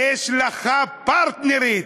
יש לך פרטנרית,